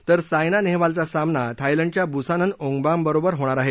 तर सायना नद्दवालचा सामना थायलंडच्या बुसानन ओगबाम बरोबर होणार आह